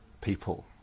people